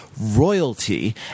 royalty